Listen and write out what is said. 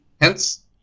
hence